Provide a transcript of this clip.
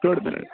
ڈۄڈ مِنَٹ